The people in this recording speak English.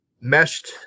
meshed